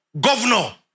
governor